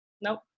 Nope